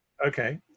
Okay